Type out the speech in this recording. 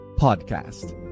Podcast